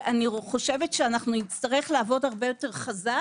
אני חושבת שנצטרך לעבוד הרבה יותר חזק